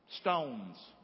stones